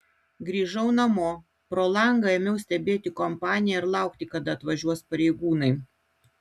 grįžau namo pro langą ėmiau stebėti kompaniją ir laukti kada atvažiuos pareigūnai